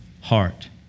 heart